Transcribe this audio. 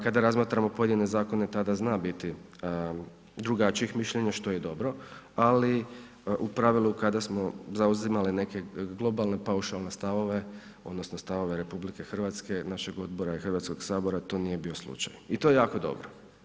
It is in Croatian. Kada razmatramo pojedine zakone tada zna biti drugačijih mišljenja, što je dobro, ali u pravilu kada smo zauzimali neke globalne paušalne stavove odnosno stavove RH našeg odbora i Hrvatskog sabora, to nije bio slučaj i to je jako dobro.